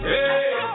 Hey